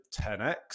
10x